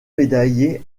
médaillée